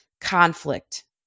conflict